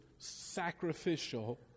sacrificial